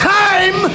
time